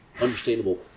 understandable